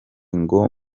ngo